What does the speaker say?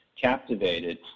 Captivated